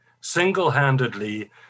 Single-handedly